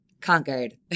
conquered